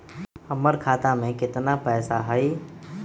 हमर खाता में केतना पैसा हई?